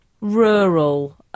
rural